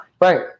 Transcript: Right